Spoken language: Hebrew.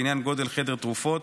בעניין גודל חדר תרופות,